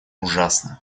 ужасно